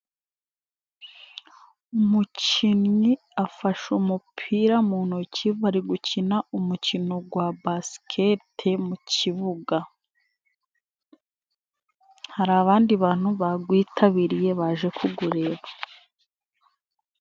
Umukinnyi afashe umupira mu ntoki bari gukina umukino wa bakete mu kibuga. Hari abandi bantu bawitabiriye baje kuwureba.